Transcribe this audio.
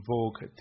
Vogue